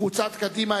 קבוצת קדימה,